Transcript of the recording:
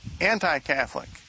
anti-catholic